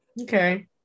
Okay